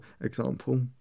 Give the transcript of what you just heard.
example